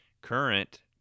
current